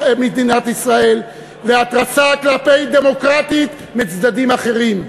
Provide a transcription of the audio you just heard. מדינת ישראל והתרסה כלפי דמוקרטית מצדדים אחרים.